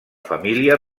família